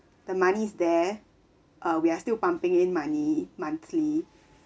the money is there uh we are still pumping in money monthly